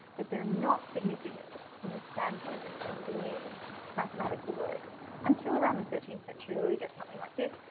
but they're not significant from the standpoint of them being mathematical works until around the thirteenth century where we get something like this.